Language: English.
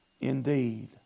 Indeed